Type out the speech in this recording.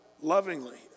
lovingly